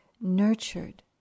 nurtured